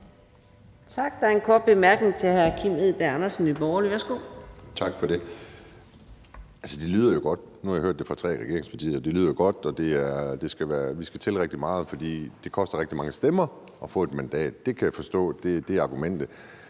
Tak. Der er en kort bemærkning til hr. Kim Edberg Andersen, Nye Borgerlige. Værsgo. Kl. 18:02 Kim Edberg Andersen (NB): Tak for det. Det lyder jo godt – og nu har jeg hørt det fra tre regeringspartier – det lyder godt, og vi skal tælle til rigtig mange, for det koster rigtig mange stemmer at få et mandat. Det kan jeg forstå er argumentet.